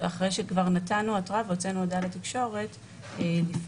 אחרי שכבר נתנו התראה והוצאנו הודעה לתקשורת שלשום.